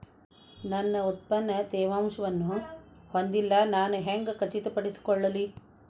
ನನ್ನ ಉತ್ಪನ್ನ ತೇವಾಂಶವನ್ನು ಹೊಂದಿಲ್ಲಾ ನಾನು ಹೆಂಗ್ ಖಚಿತಪಡಿಸಿಕೊಳ್ಳಲಿ?